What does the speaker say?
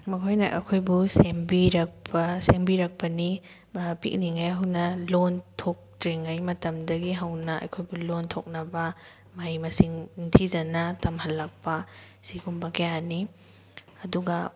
ꯃꯈꯣꯏꯅ ꯑꯩꯈꯣꯏꯕꯨ ꯁꯦꯝꯕꯤꯔꯛꯄ ꯁꯦꯝꯕꯤꯔꯛꯄꯅꯤ ꯄꯤꯛꯂꯤꯉꯩ ꯍꯧꯅ ꯂꯣꯟ ꯊꯣꯛꯇ꯭ꯔꯤꯉꯩ ꯃꯇꯝꯗꯒꯤ ꯍꯧꯅ ꯑꯩꯈꯣꯏꯕꯨ ꯂꯣꯟ ꯊꯣꯛꯅꯕ ꯃꯍꯩ ꯃꯁꯤꯡ ꯅꯤꯡꯊꯤꯖꯅ ꯇꯝꯍꯜꯂꯛꯄ ꯁꯤꯒꯨꯝꯕ ꯀꯌꯥꯅꯤ ꯑꯗꯨꯒ